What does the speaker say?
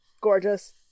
Gorgeous